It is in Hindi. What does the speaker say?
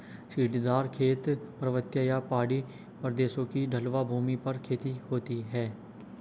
सीढ़ीदार खेत, पर्वतीय या पहाड़ी प्रदेशों की ढलवां भूमि पर खेती होती है